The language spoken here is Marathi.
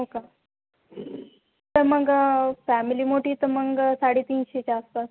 हो का तर मग फॅमिली मोठी आहे तर मग साडे तीनशेच्या आसपास